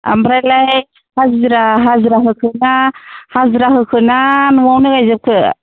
आमफ्रायलाय हाजिरा हाजिरा होखो ना हाजिरा होखोना न'आवनो गायजोबखो